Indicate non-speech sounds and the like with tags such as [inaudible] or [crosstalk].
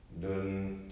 don't [noise]